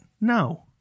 No